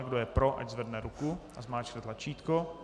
Kdo je pro, ať zvedne ruku a zmáčkne tlačítko.